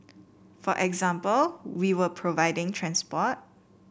for example we were providing transport